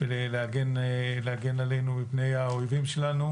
כדי להגן עלינו מפני האויבים שלנו.